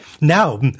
Now